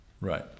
Right